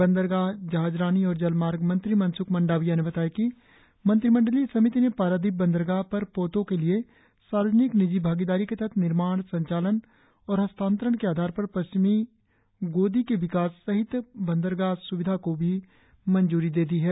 बंदरगाह जहाजरानी और जलमार्ग मंत्री मनस्ख मंडाविया ने बताया कि मंत्रिमंडलीय समिति ने पारादीप बंदरगाह पर पोतों के लिए सार्वजनिक निजी भागीदारी के तहत निर्माण संचालन और हस्तांतरण के आधार पर पश्चिमी गोदी के विकास सहित बंदरगाह स्विधा को भी मंजूरी दे दी है